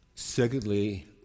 Secondly